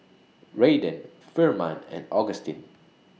Raiden Firman and Augustine